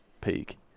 peak